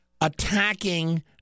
attacking